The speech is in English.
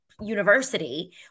University